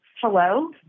Hello